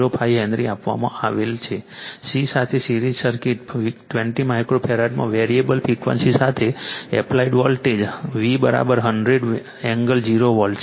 05 henry આપવામાં આવેલ C સાથે સીરિઝ સર્કિટ 20 માઇક્રો ફેરાડમાં વેરીએબલ ફ્રિક્વન્સી સાથે applied voltage V100 angle 0 volt છે